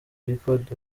record